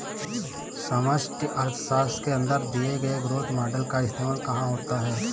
समष्टि अर्थशास्त्र के अंदर दिए गए ग्रोथ मॉडेल का इस्तेमाल कहाँ होता है?